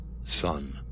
son